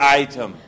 item